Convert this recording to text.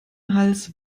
hals